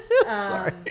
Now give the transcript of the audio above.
Sorry